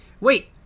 wait